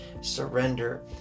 surrender